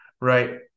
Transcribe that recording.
right